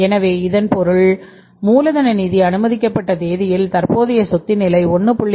எனவே இதன் பொருள் மூலதன நிதி அனுமதிக்கப்பட்ட தேதியில் தற்போதைய சொத்தின் நிலை 1